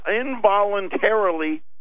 involuntarily